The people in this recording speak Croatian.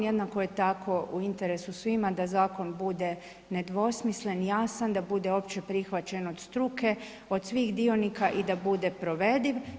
Jednako je tako u interesu svima da zakon bude nedvosmislen, jasan da bude opće prihvaćen od struke, od svih dionika i da bude provediv.